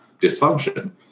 dysfunction